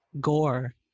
gore